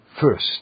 first